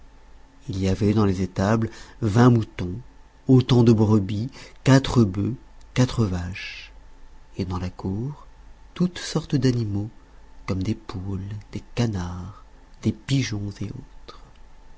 il y avait dans les étables vingt moutons autant de brebis quatre bœufs quatre vaches et dans la cour toutes sortes d'animaux comme des poules des canards des pigeons et autres